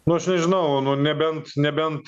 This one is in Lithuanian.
nu aš nežinau nu nebent nebent